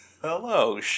Hello